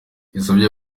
yasabye